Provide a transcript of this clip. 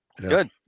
Good